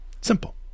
Simple